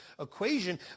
equation